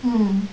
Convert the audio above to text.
mm